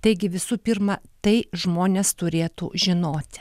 taigi visų pirma tai žmonės turėtų žinoti